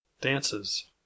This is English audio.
Dances